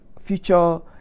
future